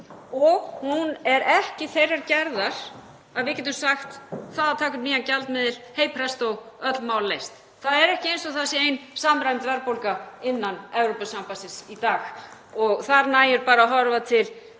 Hún er ekki þeirrar gerðar að við getum sagt um það að taka upp nýjan gjaldmiðil: „Hey presto“, öll mál leyst. Það er ekki eins og það sé ein samræmd verðbólga innan Evrópusambandsins í dag og þar nægir bara að horfa til